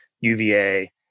UVA